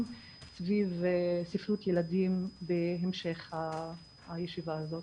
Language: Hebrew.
סביב ספרות ילדים בהמשך הישיבה הזאת.